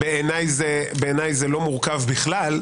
בעיניי זה לא מורכב בכלל.